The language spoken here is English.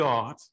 God